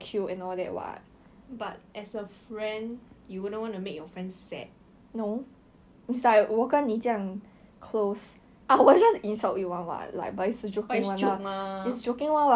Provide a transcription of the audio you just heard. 都没有意思 liao if I blank out your face !wah! 你这样小气的 meh 这样就断绝关系